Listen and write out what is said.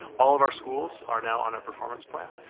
all of our schools are now on a performance plan.